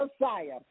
Messiah